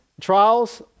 trials